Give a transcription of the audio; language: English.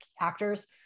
actors